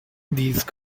these